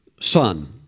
son